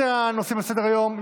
התשפ"א 2021,